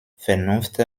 vernunft